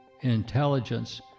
intelligence